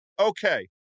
okay